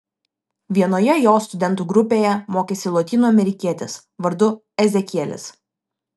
vienoje jo studentų grupėje mokėsi lotynų amerikietis vardu ezekielis